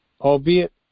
albeit